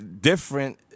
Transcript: different